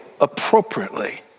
appropriately